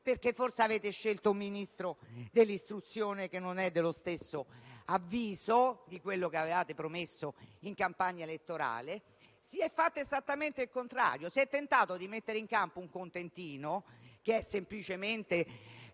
perché forse avete scelto un Ministro dell'istruzione che non è dello stesso avviso rispetto a quanto promesso in campagna elettorale, si è fatto esattamente il contrario: si è tentato di dare un contentino, che consiste semplicemente